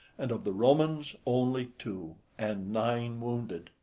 and of the romans only two, and nine wounded.